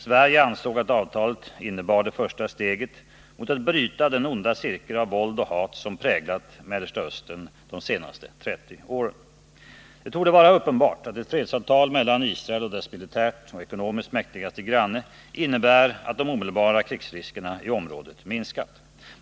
Sverige ansåg att avtalet innebar det första steget mot att bryta den onda cirkel av våld och hat som präglat Mellersta Östern de senaste 30 åren. Det torde vara uppenbart att ett fredsavtal mellan Israel och dess militärt och ekonomiskt mäktigaste granne innebär att de omedelbara krigsriskerna i området minskat.